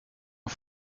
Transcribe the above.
har